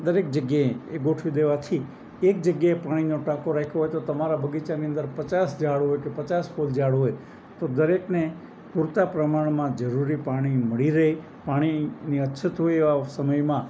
દરેક જગ્યાએ એ ગોઠવી દેવાથી એક જગ્યાએ પાણીનો ટાંકો રાખ્યો હોય તો તમારા બગીચાની અંદર પચાસ ઝાડ હોય કે પચાસ ફૂલ ઝાડ હોય તો દરેકને પૂરતા પ્રમાણમાં જરૂરી પાણી મળી રહે પાણીની અછત હોય એવા સમયમાં